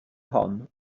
hon